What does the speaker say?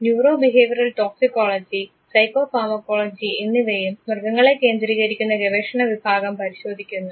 neuro behavioural toxicology psycho pharmacology എന്നിവയും മൃഗങ്ങളെ കേന്ദ്രീകരിക്കുന്ന ഗവേഷണ വിഭാഗം പരിശോധിക്കുന്നു